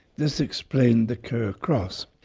this explained the kerr cross.